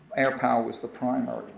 air power was the primary